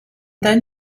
then